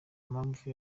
mpamvu